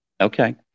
Okay